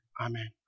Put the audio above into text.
Amen